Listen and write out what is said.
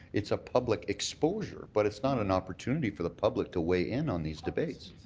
it's a public exposure, but it's not an opportunity for the public to weigh in on these debates.